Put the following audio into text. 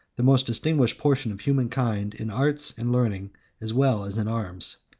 the most distinguished portion of human kind in arts and learning as well as in arms.